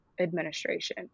administration